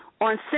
on